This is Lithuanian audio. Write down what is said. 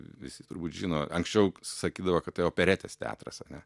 visi turbūt žino anksčiau sakydavo kad tai operetės teatras ane